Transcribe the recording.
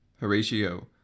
Horatio